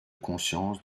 conscience